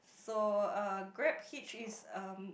so uh GrabHitch is um